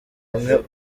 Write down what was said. hamwe